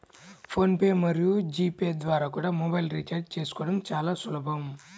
phone pay మరియు G pay ద్వారా కూడా మొబైల్ రీఛార్జి చేసుకోవడం చాలా సులభం